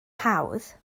hawdd